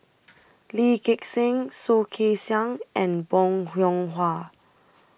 Lee Gek Seng Soh Kay Siang and Bong Hiong Hwa